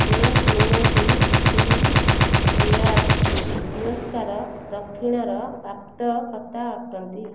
ସେ ତିନୋଟି ଫିଲ୍ମଫେୟାର୍ ପୁରସ୍କାର ଦକ୍ଷିଣର ପ୍ରାପ୍ତକର୍ତ୍ତା ଅଟନ୍ତି